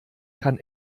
kann